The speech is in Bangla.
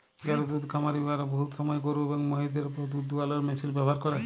যারা দুহুদ খামারি উয়ারা বহুত সময় গরু এবং মহিষদের উপর দুহুদ দুয়ালোর মেশিল ব্যাভার ক্যরে